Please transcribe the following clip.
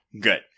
Good